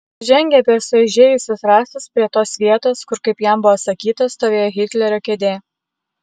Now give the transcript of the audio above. žengė per sueižėjusius rąstus prie tos vietos kur kaip jam buvo sakyta stovėjo hitlerio kėdė